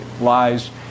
lies